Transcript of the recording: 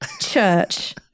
church